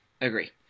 Agree